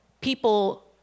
people